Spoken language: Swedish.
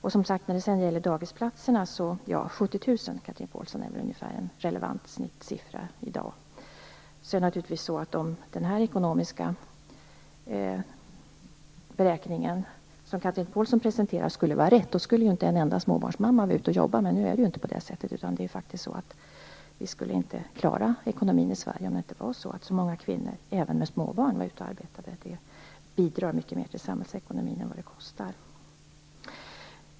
Och, som sagt, när det gäller daghemsplatser är väl 70 000 en relevant snittsiffra i dag, Chatrine Pålsson. Det är naturligtvis så att om den ekonomiska beräkning som Chatrine Pålsson presenterar skulle vara riktig skulle inte en enda småbarnsmamma jobba. Men nu är det inte på det sättet. Vi skulle faktiskt inte klara ekonomin i Sverige om det inte vore så att så många kvinnor, även kvinnor med småbarn, arbetar. Det bidrar mycket mer till samhällsekonomin än vad det kostar.